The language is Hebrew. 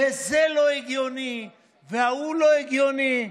וזה לא הגיוני, וההוא לא הגיוני.